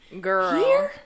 girl